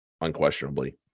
unquestionably